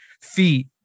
feet